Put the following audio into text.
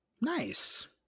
Nice